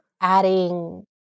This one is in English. adding